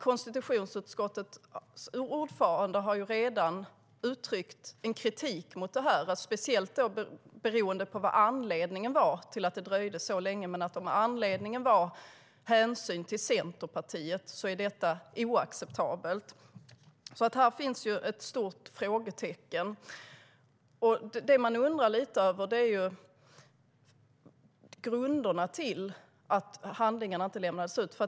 Konstitutionsutskottets ordförande har redan uttryckt kritik mot det här, speciellt beroende på anledningen till att det dröjde så länge. Om anledningen var hänsyn till Centerpartiet är detta oacceptabelt. Här finns alltså ett stort frågetecken. Det man undrar lite över är grunderna för att handlingarna inte lämnades ut.